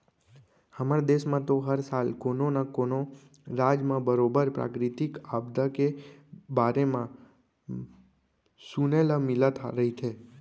हमर देस म तो हर साल कोनो न कोनो राज म बरोबर प्राकृतिक आपदा के बारे म म सुने ल मिलत रहिथे